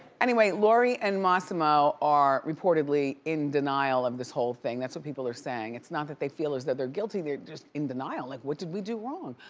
anyway, lori and mossimo are reportedly in denial of this whole thing, that's what people are saying. it's not that they feel as though they're guilty, they're just in denial like, what did we do wrong?